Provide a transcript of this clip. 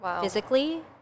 physically